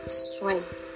strength